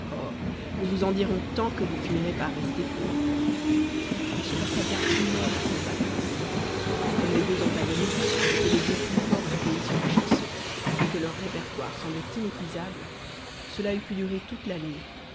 nous vous en dirons tant que vous finirez par rester court il se passa bien une heure à combattre ainsi comme les deux antagonistes étaient les deux plus forts du pays sur la chanson et que leur répertoire semblait inépuisable cela eût pu durer toute la nuit